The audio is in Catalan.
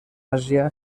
àsia